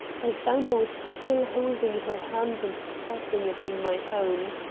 i found i was still holding her hand and pressing it in my own.